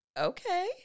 Okay